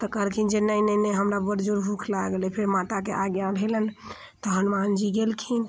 तऽ कहलखिन जे नहि नहि नहि हमरा बड़ जोर भूख लागल अइ फेर माताके आज्ञा भेलनि तहन हनुमानजी गेलखिन